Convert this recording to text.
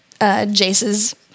Jace's